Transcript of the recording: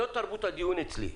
זאת תרבות הדיון אצלי,